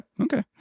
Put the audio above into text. Okay